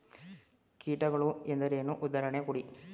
ಕೀಟಗಳು ಎಂದರೇನು? ಉದಾಹರಣೆ ಕೊಡಿ?